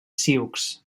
sioux